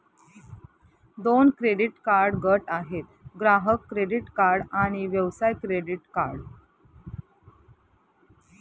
दोन credit card गट आहेत, ग्राहक क्रेडिट कार्ड आणि व्यवसाय क्रेडिट कार्ड